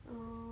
oh